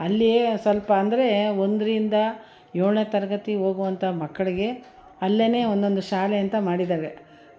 ಅಲ್ಲಿ ಸ್ವಲ್ಪ ಅಂದರೆ ಒಂದರಿಂದ ಏಳನೇ ತರಗತಿ ಹೋಗುವಂಥ ಮಕ್ಳಿಗೆ ಅಲ್ಲೇನೆ ಒಂದೊಂದು ಶಾಲೆ ಅಂತ ಮಾಡಿದ್ದೇವೆ